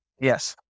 Yes